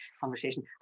conversation